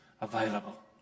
available